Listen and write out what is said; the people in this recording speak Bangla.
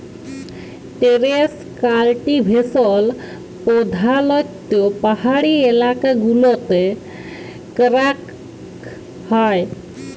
টেরেস কাল্টিভেশল প্রধালত্ব পাহাড়ি এলাকা গুলতে ক্যরাক হ্যয়